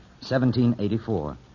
1784